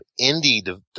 indie